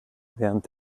während